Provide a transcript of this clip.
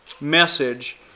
message